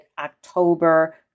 October